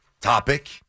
topic